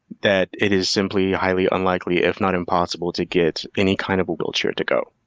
that it is simply, highly unlikely if not impossible to get any kind of wheelchair to go.